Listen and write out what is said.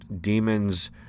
demons